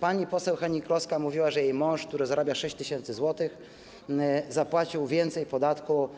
Pani poseł Hennig-Kloska mówiła, że jej mąż, który zarabia 6 tys. zł, zapłacił więcej podatku